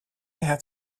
have